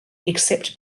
except